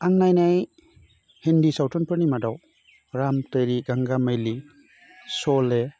आं नायनाय हिन्दी सावथुनफोरनि मादाव राम तेरि गंगा मेलि सले